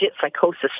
psychosis